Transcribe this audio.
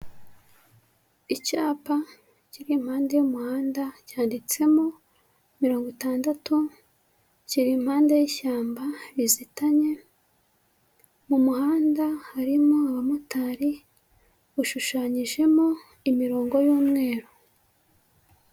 Icyapa kiri impande y'umuhanda cyanditsemo mirongo itandatu kiri impande y'ishyamba rizitanye mu muhanda harimo abamotari hashushanyijemo imirongo y'umweru.